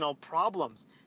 problems